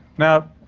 now,